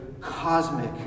cosmic